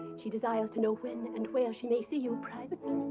she desires to know when and where she may see you privately.